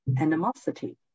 animosity